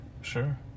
Sure